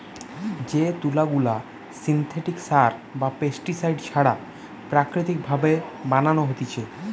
যে তুলা গুলা সিনথেটিক সার বা পেস্টিসাইড ছাড়া প্রাকৃতিক ভাবে বানানো হতিছে